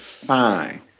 fine